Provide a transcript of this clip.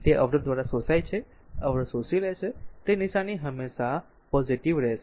તે અવરોધ દ્વારા શોષાય છે અવરોધ શોષી લે છે તે નિશાની હંમેશા પોઝીટીવ રહેશે